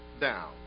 down